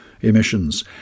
emissions